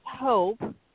Hope